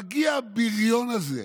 מגיע הבריון הזה,